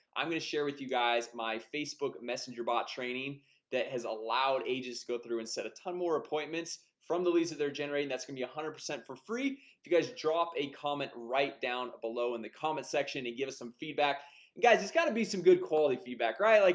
i'm gonna share with you guys my facebook messenger bot training that has allowed ages to go through instead of ton more appointments from the lisa. they're generating that's gonna be a hundred percent for free you guys drop a comment right down below in the comment section and give us some feedback guys, it's gotta be some good quality feedback. right? like